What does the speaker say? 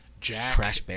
Jack